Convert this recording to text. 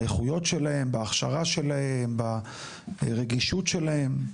באיכויות שלהם, בהכשרה שלהם, ברגישות שלהם?